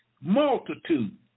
multitude